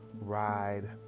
ride